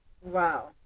wow